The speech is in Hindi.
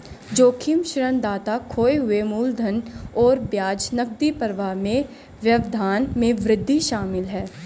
जोखिम ऋणदाता खोए हुए मूलधन और ब्याज नकदी प्रवाह में व्यवधान में वृद्धि शामिल है